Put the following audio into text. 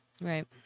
Right